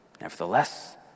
Nevertheless